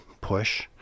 push